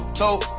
told